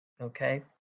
okay